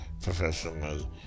professionally